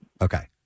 Okay